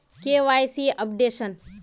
KYC updation?